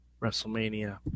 WrestleMania